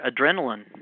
adrenaline